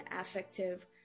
affective